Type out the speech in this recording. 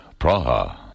Praha